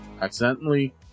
Accidentally